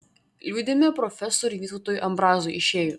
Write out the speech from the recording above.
liūdime profesoriui vytautui ambrazui išėjus